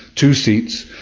two seats,